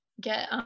get